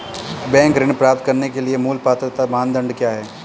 Bank ऋण प्राप्त करने के लिए मूल पात्रता मानदंड क्या हैं?